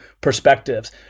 perspectives